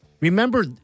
remember